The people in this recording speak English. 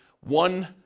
one